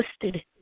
twisted